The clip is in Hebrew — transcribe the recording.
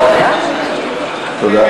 תודה.